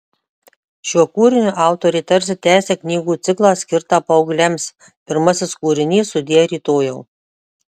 šiuo kūriniu autorė tarsi tęsia knygų ciklą skirtą paaugliams pirmasis kūrinys sudie rytojau